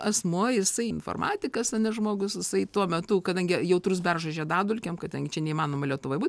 asmuo jisai informatikas ane žmogus jisai tuo metu kadangi jautrus beržo žiedadulkėm kadangi čia neįmanoma lietuvoj būt